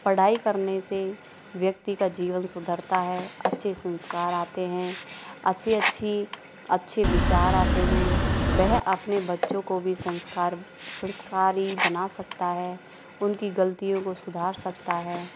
पढ़ाई करने से व्यक्ति का जीवन सुधरता है अच्छे संस्कार आते हैं अच्छी अच्छी अच्छे विचार आते हैं वह अपने बच्चों को भी संस्कार संस्कारी बना सकता है उनकी गलतियों को सुधार सकता हैं